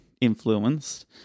influenced